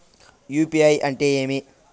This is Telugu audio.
యు.పి.ఐ అంటే ఏమి?